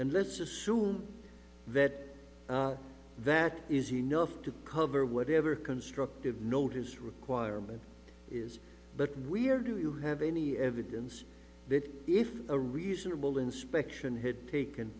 and let's assume that that is enough to cover whatever constructive notice requirement is but we're do you have any evidence that if a reasonable inspection hit taken